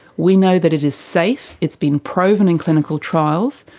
we know that it is safe, it's been proven in clinical trials,